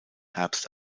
herbst